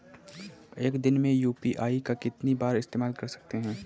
एक दिन में यू.पी.आई का कितनी बार इस्तेमाल कर सकते हैं?